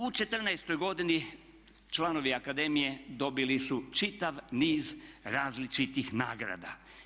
U 14.-toj godini članovi akademije dobili su čitav niz različitih nagrada.